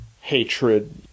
hatred